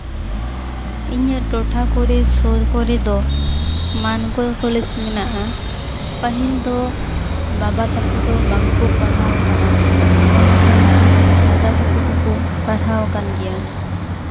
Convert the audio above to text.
ᱤᱧᱟᱹᱜ ᱴᱚᱴᱷᱟ ᱠᱚᱨᱮᱫ ᱥᱩᱨ ᱠᱚᱨᱮ ᱫᱚ ᱢᱟᱱᱠᱚᱨ ᱠᱚᱞᱮᱡᱽ ᱢᱮᱱᱟᱜᱼᱟ ᱯᱟᱹᱦᱤᱞ ᱫᱚ ᱵᱟᱵᱟ ᱛᱟᱠᱚ ᱫᱚ ᱵᱟᱝᱠᱚ ᱯᱟᱲᱦᱟᱣ ᱠᱟᱱᱟ ᱢᱮᱱᱠᱷᱟᱱ ᱫᱟᱫᱟ ᱛᱟᱠᱚ ᱫᱚᱠᱚ ᱯᱟᱲᱦᱟᱣ ᱟᱠᱟᱱ ᱜᱮᱭᱟ